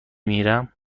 میرم